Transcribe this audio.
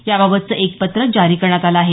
याबाबतचं एक पत्रक जारी करण्यात आलं आहे